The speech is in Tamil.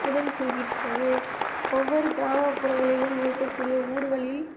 உதவி செய்திருக்கிறது ஒவ்வொரு கிராமப்புறங்களிலும் இருக்கக்கூடிய ஊர்களில்